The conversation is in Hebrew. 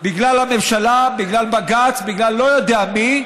בגלל הממשלה, בגלל בג"ץ, בגלל אני לא יודע מי.